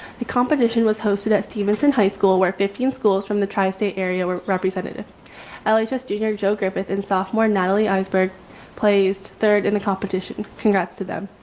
the competition was hosted at stevenson high school where fifteen schools from the tri-state area were represented ellias junior, joe griffins sophomore natalie iceburg placed third in the competition. congrats to them.